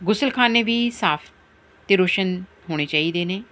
ਗੁਸਲਖਾਨੇ ਵੀ ਸਾਫ ਅਤੇ ਰੋਸ਼ਨ ਹੋਣੇ ਚਾਹੀਦੇ ਨੇ